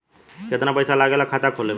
कितना पैसा लागेला खाता खोले में?